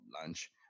lunch